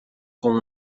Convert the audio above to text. con